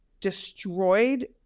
destroyed